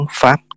pháp